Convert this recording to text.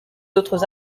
d’autres